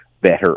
better